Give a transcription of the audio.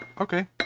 Okay